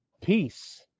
Peace